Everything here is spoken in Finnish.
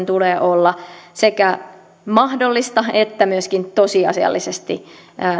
tulee olla sekä mahdollista että myöskin tosiasiallisesti